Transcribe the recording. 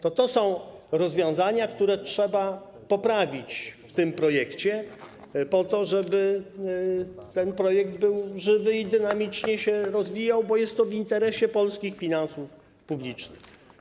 To są rozwiązania, które trzeba poprawić w tym projekcie, po to żeby ten projekt był żywy i dynamicznie się rozwijał, bo jest to w interesie polskich finansów publicznych.